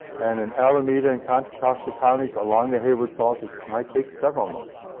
and in alameda and contra costa counties along the hayward fault, it might take several months.